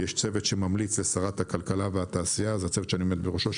יש צוות שממליץ לשרת הכלכלה והתעשייה זה הצוות שאני עומד בראשו,